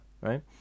right